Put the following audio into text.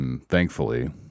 Thankfully